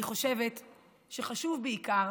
אני חושבת שמה שחשוב בעיקר